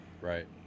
Right